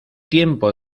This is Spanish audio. tiempo